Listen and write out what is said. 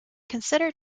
consider